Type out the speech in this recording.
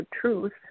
truth